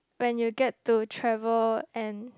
when you get to travel and